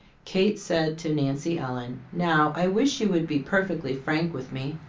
kate said to nancy ellen now i wish you would be perfectly frank with me